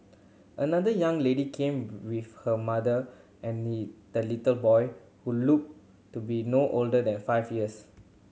another young lady came with her mother and the little boy who look to be no older than five years